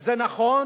זה נכון